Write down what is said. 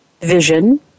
vision